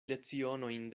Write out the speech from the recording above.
lecionojn